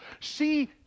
See